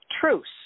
truce